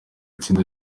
itsinda